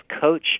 Coach